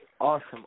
Awesome